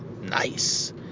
nice